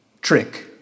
trick